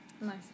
nice